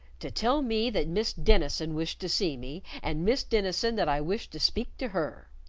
to tell me that miss denison wished to see me, and miss denison that i wished to speak to her!